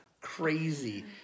crazy